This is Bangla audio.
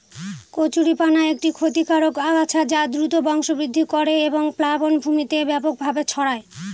কচুরিপানা একটি ক্ষতিকারক আগাছা যা দ্রুত বংশবৃদ্ধি করে এবং প্লাবনভূমিতে ব্যাপকভাবে ছড়ায়